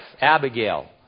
Abigail